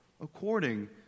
according